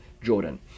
Jordan